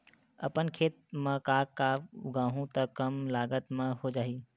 अपन खेत म का का उगांहु त कम लागत म हो जाही?